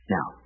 Now